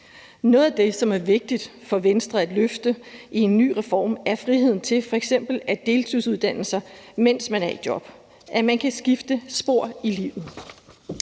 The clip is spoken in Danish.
Noget af det, som er vigtigt for Venstre at løfte i en ny reform, er friheden til f.eks. at deltidsuddanne sig, mens man er i job, altså at man kan skifte spor i livet.